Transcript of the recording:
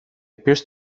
appears